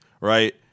right